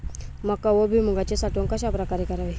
मका व भुईमूगाची साठवण कशाप्रकारे करावी?